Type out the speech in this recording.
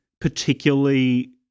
particularly